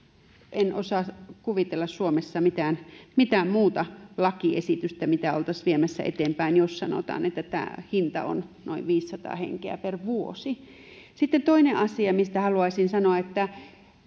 en osaa kuvitella suomessa mitään mitään muuta lakiesitystä mitä oltaisiin viemässä eteenpäin jos sanotaan että tämän hinta on noin viisisataa henkeä per vuosi toinen asia mistä haluaisin sanoa on että